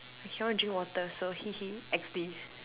I cannot drink water so hee hee X_D